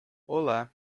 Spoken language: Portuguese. olá